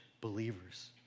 believers